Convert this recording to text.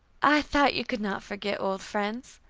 i thought you could not forget old friends.